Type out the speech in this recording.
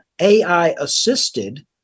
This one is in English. AI-assisted